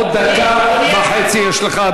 עוד דקה וחצי יש לך,